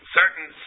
certain